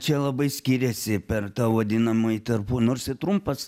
čia labai skyrėsi per tą vadinamąjį tarpu nors i trumpas